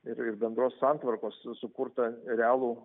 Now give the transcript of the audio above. ir ir bendros santvarkos sukurtą realų